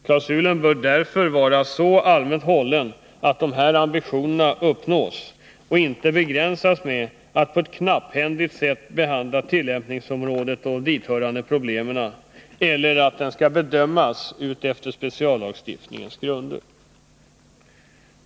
Klausulen bör därför vara så allmänt hållen att dessa ambitioner uppnås och inte begränsas genom att man på ett knapphändigt sätt behandlar tillämpningsområdet och dithörande problem eller uttalar att den skall bedömas enligt speciallagstiftningens grunder.